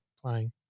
playing